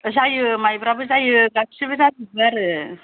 जायो माइब्राबो जायो गासिबो जाजोबो आरो